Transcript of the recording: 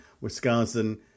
Wisconsin